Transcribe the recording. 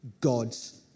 God's